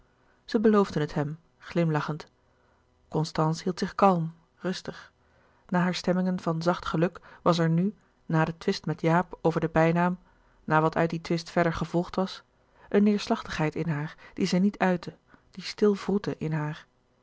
zij beloofden het hem glimlachend constance hield zich kalm rustig na haar stemmingen van zacht geluk was er nu na den twist met jaap over den bijnaam na wat uit dien twist verder gevolgd was een neêrslachtigheid in haar die zij niet uitte die stil wroette in haar